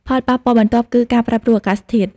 ផលប៉ះពាល់បន្ទាប់គឺ ការប្រែប្រួលអាកាសធាតុ។